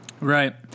Right